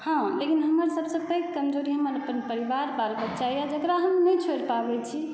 हँ लेकिन हमर सभसँ पैघ कमजोरी हमर अपन परिवार हमर अपन बालबच्चा यऽ जेकरा हम नहि छोड़ि पाबै छी